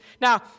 Now